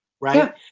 right